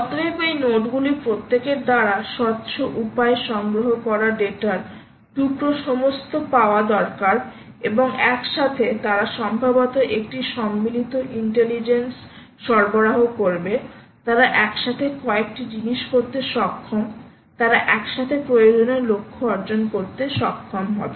অতএব এই নোডগুলির প্রত্যেকের দ্বারা স্বচ্ছ উপায়ে সংগ্রহ করা ডেটার টুকর সমস্ত পাওয়া দরকার এবং একসাথে তারা সম্ভবত একটি সম্মিলিত ইন্টেলিজেন্স সরবরাহ করবে তারা একসাথে কয়েকটি জিনিস করতে সক্ষম তারা একসাথে প্রয়োজনীয় লক্ষ্য অর্জন করতে সক্ষম হবে